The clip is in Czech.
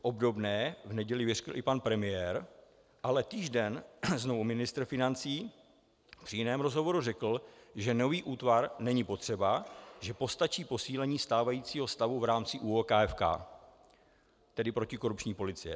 Obdobné v neděli vyřkl i pan premiér, ale týž den znovu ministr financí při jiném rozhovoru řekl, že nový útvar není potřeba, že postačí posílení stávajícího stavu v rámci ÚOKFK, tedy protikorupční policie.